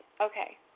Okay